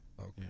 Okay